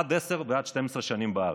עד 10 ועד 12 שנים בארץ,